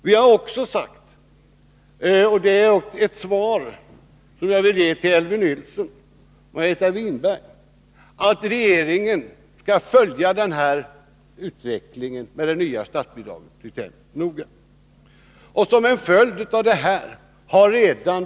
Vi har också sagt att — och det är ett svar som jag vill ge till Elvy Nilsson och Margareta Winberg — regeringen skall följa den utveckling som sker med de nya statsbidragen speciellt noga.